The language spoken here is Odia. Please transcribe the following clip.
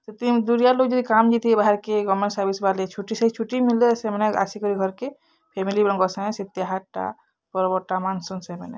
ଯଦି ଦୂରିଆ ଲୋକ ଯଦି କାମ ଯାଇଥିବେ ବାହାର୍କେ ଗଭର୍ଣ୍ଣ୍ମେଣ୍ଟ୍ ସର୍ଭିସ୍ବାଲେ ଛୁଟି ସେଇ ଛୁଟି ମିଲ୍ଲେ ସେମାନେ ଆସିକରି ଘର୍କେ ଫ୍ୟାମିଲିମାନ୍କର୍ ସାଙ୍ଗେ ସେ ତିହାର୍ଟା ସେ ପର୍ବଟା ମାନ୍ସନ୍ ସେମାନେ